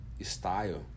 style